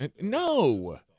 No